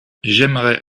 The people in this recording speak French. j’aimerais